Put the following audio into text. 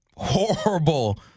horrible